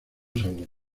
sabor